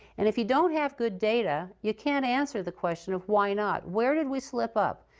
and if you don't have good data, you can't answer the question of why not. where did we slip up?